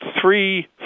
three